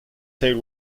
tail